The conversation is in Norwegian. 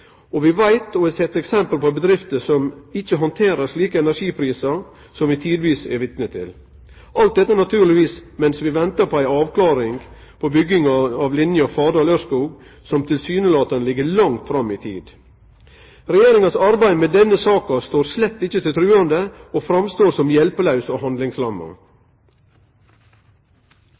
Vi har sett eksempel på og veit at det er bedrifter som ikkje handterer slike energiprisar som vi tidvis er vitne til. Alt dette er naturlegvis mens vi ventar på ei avklaring om bygginga av linja Fardal–Ørskog, som tilsynelatande ligg langt fram i tid. Regjeringa sitt arbeid med denne saka står slett ikkje til truande, og framstår som hjelpelaust og handlingslamma.